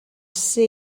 ser